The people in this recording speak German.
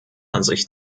ansicht